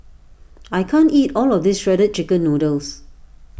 I can't eat all of this Shredded Chicken Noodles